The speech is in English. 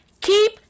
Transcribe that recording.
keep